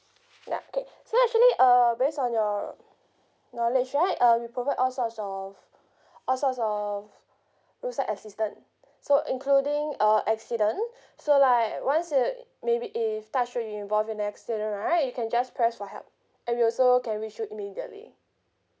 yup okay so actually uh based on your knowledge right um we provide all sorts of all sorts of roadside assistant so including uh accident so like once you maybe if touch wood you involve in accident right you can just press for help and we also can reach you immediately